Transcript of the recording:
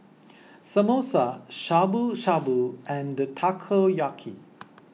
Samosa Shabu Shabu and Takoyaki